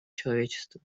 человечества